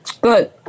Good